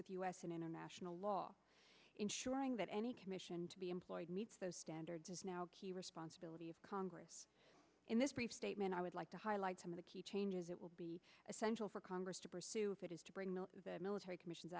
with u s and international law ensuring that any commission to be employed meets those standards is now key responsibility of congress in this brief statement i would like to highlight some of the key changes that will be essential for congress to pursue that is to bring in the military commissions